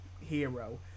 hero